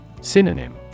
Synonym